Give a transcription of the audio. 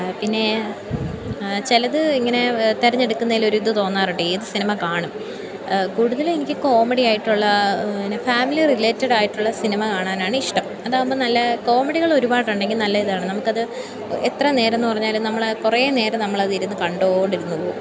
പിന്നെ ചിലത് ഇങ്ങനെ തെരഞ്ഞെടുക്കുന്നതിലൊരു ഇത് തോന്നാറുണ്ട് എത് സിനിമ കാണും കൂടുതൽ എനിക്ക് കോമഡി ആയിട്ടുള്ള പിന്നെ ഫാമിലി റിലേറ്റഡ് ആയിട്ടുള്ള സിനിമ കാണാനാണ് ഇഷ്ടം അതാവുമ്പോൾ നല്ല കോമഡികൾ ഒരുപാടുണ്ടെങ്കിൽ നല്ല ഇതാണ് നമുക്കത് എത്ര നേരം എന്ന് പറഞ്ഞാലും നമ്മൾ കുറേ നേരം നമ്മളത് ഇരുന്ന് കണ്ടുകൊണ്ടിരുന്ന് പോകും